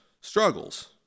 struggles